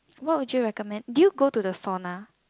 what would you recommend did you go to the sauna